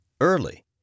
early